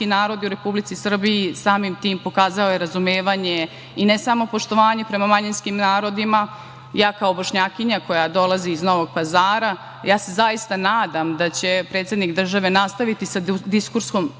narodi u Republici Srbiji. Samim tim, pokazao je razumevanje i ne samo poštovanje prema manjinskim narodima. Ja kao Bošnjakinja koja dolazi iz Novog Pazara, ja se zaista nadam da će predsednik države nastaviti sa diskursom